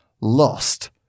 lost